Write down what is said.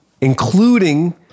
including